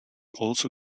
also